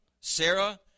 Sarah